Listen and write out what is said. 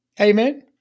Amen